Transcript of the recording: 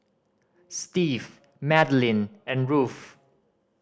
Steve Madelene and Ruth